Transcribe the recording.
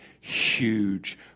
huge